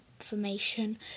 information